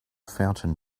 fountain